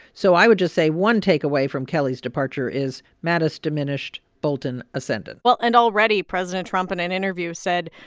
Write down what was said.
so i would just say one takeaway from kelly's departure is mattis diminished, bolton ascended well, and already, president trump in an interview said,